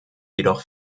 jedoch